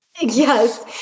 Yes